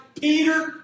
Peter